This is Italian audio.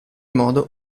modo